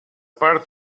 part